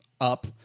up